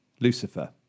Lucifer